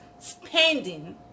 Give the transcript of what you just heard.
spending